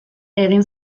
egin